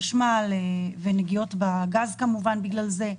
חשמל ונגיעות בגז כמובן בגלל זה.